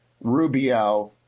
Rubio